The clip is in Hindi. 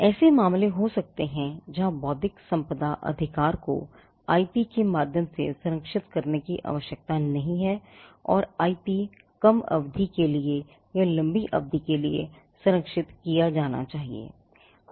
ऐसे मामले हो सकते हैं जहां बौद्धिक संपदा अधिकार को आईपी के माध्यम से संरक्षित करने की आवश्यकता नहीं है और आईपी कम अवधि के लिए या लम्बी अवधि के लिए संरक्षित किया जाना चाहिए